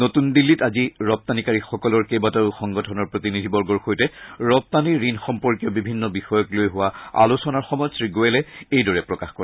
নতুন দিল্লীত আজি ৰপ্তানিকাৰীসকলৰ কেইবাটাও সংগঠনৰ প্ৰতিনিধিবৰ্গৰ সৈতে ৰপ্তানি ঋণ সম্পৰ্কীয় বিভিন্ন বিষয়ক লৈ হোৱা আলোচনাৰ সময়ত শ্ৰীগোয়েলে এইদৰে প্ৰকাশ কৰে